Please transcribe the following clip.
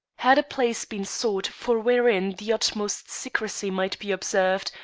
had a place been sought for wherein the utmost secrecy might be observed,